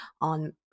on